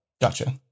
Gotcha